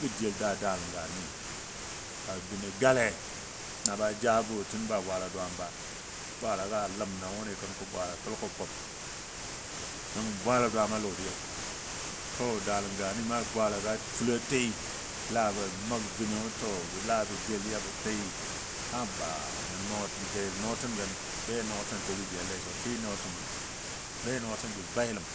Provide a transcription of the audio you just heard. Bɔ jel daa dalingani, ka bənɔ gale nə ja bo tun ba bwaala dwaam ba, bwaalaga ləm na wʊi kəko bwaala tulkub kub nəngɔ bwaala dwaamɔ a lɔdiya. To dalingani na bwaalaga fulotii laa bə məg bəno to la bə jel yabə tɨɨ habba nən benɔɔtin gən, betinɔɔtin gə jellei mi nɔɔtəm wo betinɔɔtin səbo bayilim